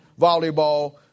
volleyball